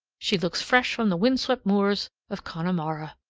she looks fresh from the wind-swept moors of connemara.